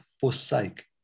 forsake